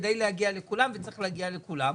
כדי להגיע לכולם וצריך להגיע לכולם.